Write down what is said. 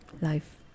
life